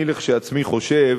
אני כשלעצמי חושב